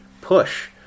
push